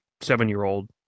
seven-year-old